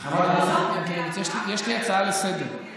חברת הכנסת ינקלביץ',